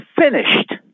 finished